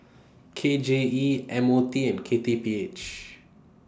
K J E M O T and K T P H